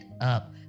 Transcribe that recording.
up